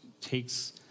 takes